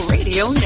Radio